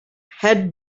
had